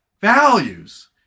values